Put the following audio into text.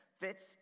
fits